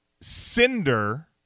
Cinder